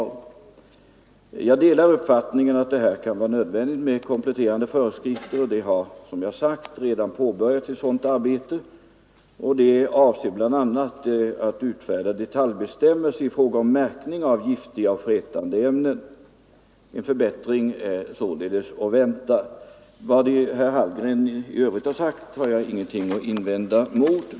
Jag delar uppfattningen att det här kan vara nödvändigt med kompletterande bestämmelser, och det har, som jag sagt, redan påbörjats ett sådant arbete. Avsikten är bl.a. att utfärda detaljbestämmelser i fråga om märkning av giftiga och frätande ämnen. En förbättring är således att vänta. Vad herr Hallgren i övrigt sagt har jag ingenting att invända emot.